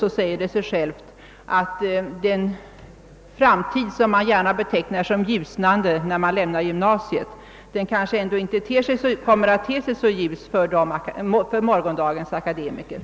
Det säger därför sig självt, att den framtid, som man gärna betecknar som ljusnande när man lämnar gymnasiet, inte ter sig så ljus för morgondagens akademiker.